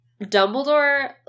Dumbledore